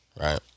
right